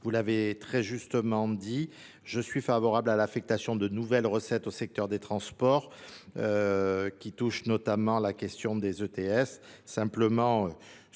vous l'avez très justement dit, je suis favorable à l'affectation de nouvelles recettes au secteur des transports. qui touchent notamment la question des ETS,